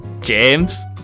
James